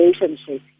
relationship